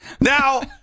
Now